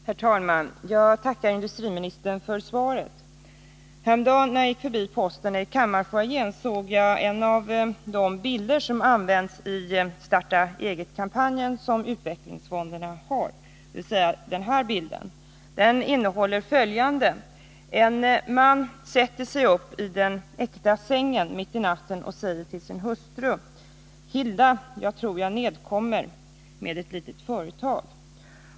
Herr talman! Jag tackar industriministern för svaret på min interpellation. Häromdagen när jag gick förbi posten i kammarfoajén såg jag en av de bilder som används i utvecklingsfondernas Starta eget-kampanj— jag har bilden här i min hand. På den visas en man som sätter sig upp i den äkta sängen mitt i natten och säger till sin hustru: Hilda! Jag tror jag nedkommer med ett litet företag.